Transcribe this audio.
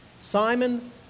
Simon